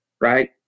right